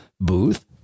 booth